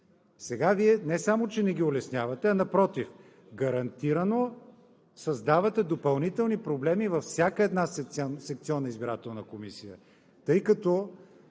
Сега не само че не ги улеснявате – напротив, гарантирано създавате допълнителни проблеми във всяка една секционна избирателна комисия, тъй като